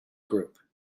group